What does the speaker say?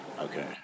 Okay